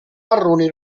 marroni